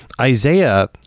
Isaiah